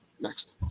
Next